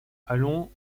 allons